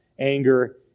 anger